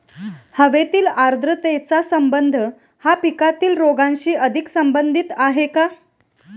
हवेतील आर्द्रतेचा संबंध हा पिकातील रोगांशी अधिक संबंधित आहे का?